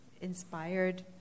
inspired